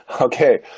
Okay